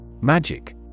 Magic